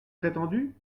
prétendu